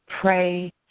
pray